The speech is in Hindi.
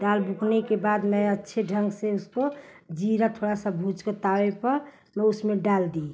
दाल बुकने के बाद मैं अच्छे ढंग से उसको जीरा थोड़ा सा भूँजकर तवे पर मैं उसमें डाल दी